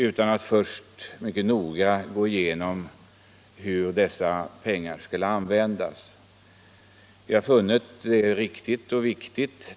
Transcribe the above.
Vi brukar mycket noga gå igenom hur pengarna skall användas innan vi tillstyrker något anslag.